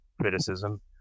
criticism